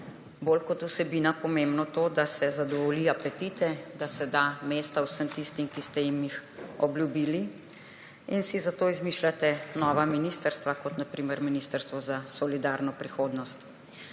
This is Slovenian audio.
bolj kot vsebina pomembno to, da se zadovolji apetite, da se da mesta vsem tistim, ki ste jim jih obljubili, in si zato izmišljate nova ministrstva kot na primer ministrstvo za solidarno prihodnost.